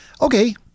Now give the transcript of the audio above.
Okay